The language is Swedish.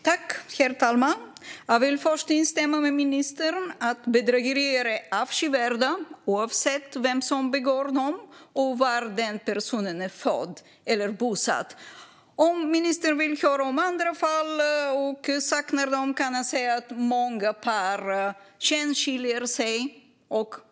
Herr talman! Jag vill först instämma med ministern om att bedrägerier är avskyvärda, oavsett vem som begår dem och var den personen är född eller bosatt. Om ministern vill höra om andra fall och saknar dem kan jag säga att många par skenskiljer sig.